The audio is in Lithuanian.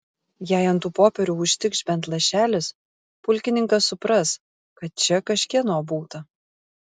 jei ant tų popierių užtikš bent lašelis pulkininkas supras kad čia kažkieno būta